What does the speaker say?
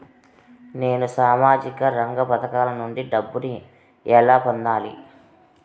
నేను సామాజిక రంగ పథకాల నుండి డబ్బుని ఎలా పొందాలి?